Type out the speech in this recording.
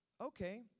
Okay